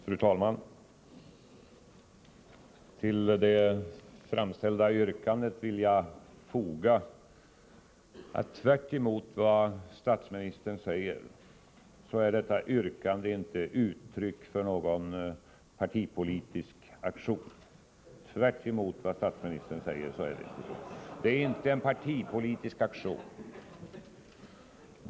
Fru talman! Till det framställda yrkandet vill jag foga att yrkandet — tvärtemot vad statsministern säger — inte är ett uttryck för någon partipolitisk aktion.